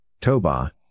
Toba